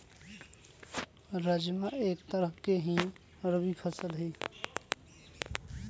राजमा एक तरह के ही रबी फसल हई